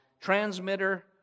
transmitter